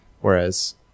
Whereas